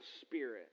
Spirit